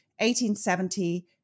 1870